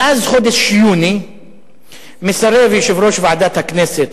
מאז חודש יוני מסרב יושב-ראש ועדת הכנסת,